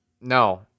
No